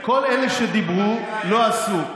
כל אלה שדיברו לא עשו.